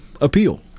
appeal